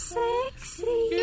sexy